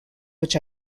which